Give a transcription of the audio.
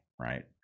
Right